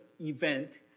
event